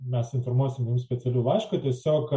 mes informuosime jus specialiu laišku tiesiog